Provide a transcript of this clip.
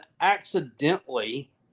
accidentally